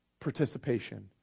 participation